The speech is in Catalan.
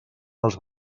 els